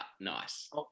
Nice